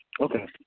Okay